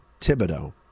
Thibodeau